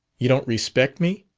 you don't respect me!